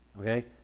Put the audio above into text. Okay